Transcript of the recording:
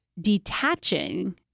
detaching